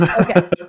Okay